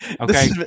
Okay